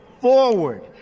forward